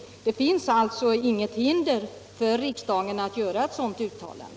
Det finns alltså inget hinder för riksdagen att göra ett sådant uttalande.